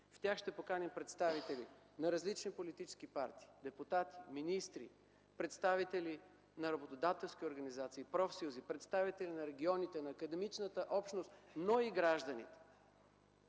В тях ще поканим представители на различни политически партии, депутати, министри, представители на работодателски организации, профсъюзите, представители на регионите, на академичната общност, но и граждани.